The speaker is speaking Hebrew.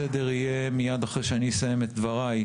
הסדר יהיה כזה שמיד אחרי שאני אסיים את דבריי,